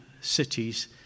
cities